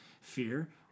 fear